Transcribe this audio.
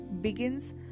begins